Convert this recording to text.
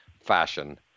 fashion